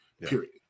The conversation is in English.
period